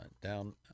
down